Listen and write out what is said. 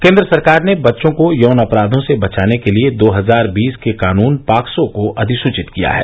केन्द्र सरकार ने बच्चों को यौन अपराधों से बचाने के दो हजार बीस के कानून पॉक्सो को अधिसूचित किया है